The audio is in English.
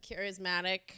charismatic